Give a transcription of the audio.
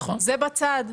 זה בצד.